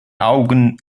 augen